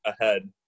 ahead